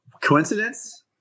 Coincidence